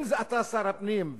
אם אתה שר הפנים,